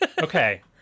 Okay